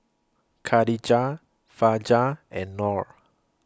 Khadija Fajar and Nor